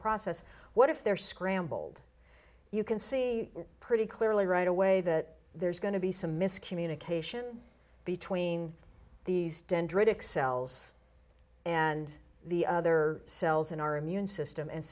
process what if they're scrambled you can see pretty clearly right away that there's going to be some miscommunication between these dendritic cells and the other cells in our immune system and